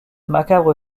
macabre